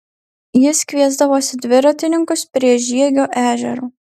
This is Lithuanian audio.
jis kviesdavosi dviratininkus prie žiegio ežero